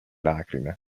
lacrime